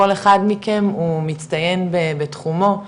כל אחד מכם הוא מצטיין בתחומו ,